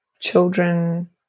children